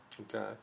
Okay